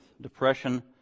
depression